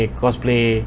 cosplay